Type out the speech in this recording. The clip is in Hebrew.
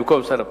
במקום שר הפנים.